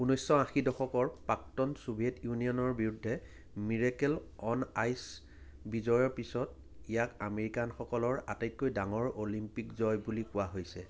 ঊনৈছশ আশীৰ দশকত প্ৰাক্তন ছোভিয়েট ইউনিয়নৰ বিৰুদ্ধে মিৰেকেল অন আইচ বিজয়ৰ পিছত ইয়াক আমেৰিকানসকলৰ আটাইতকৈ ডাঙৰ অলিম্পিক জয় বুলি কোৱা হৈছে